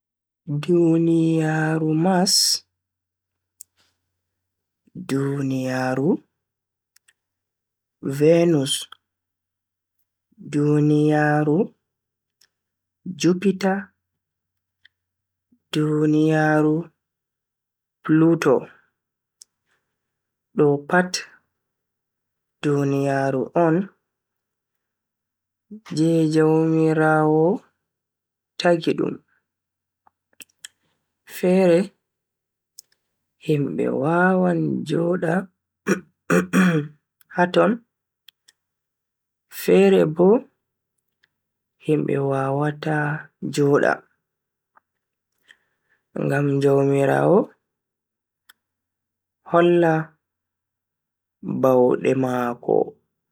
Duniyaaru mars, duniyaaru venus, duniyaaru jupitar, duniyaaru pluto. Do pat duniyaaru on je jaumiraawo tagi dum. Fere himbe wawan joda, haton fere bo himbe wawata joda ngam jaumiraawo holla baude mako.